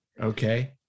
Okay